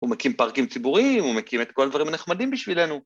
‫הוא מקים פארקים ציבוריים, ‫הוא מקים את כל הדברים הנחמדים בשבילנו.